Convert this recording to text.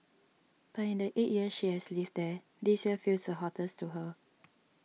but in the eight years she has lived there this year feels the hottest to her